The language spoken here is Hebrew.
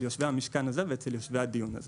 יושבי המשכן הזה ואצל יושבי הדיון הזה.